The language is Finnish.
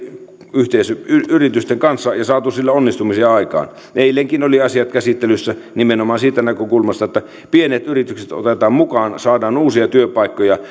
yritysten kanssa ja saatu sillä onnistumisia aikaan eilenkin olivat asiat käsittelyssä nimenomaan siitä näkökulmasta että pienet yritykset otetaan mukaan saadaan uusia työpaikkoja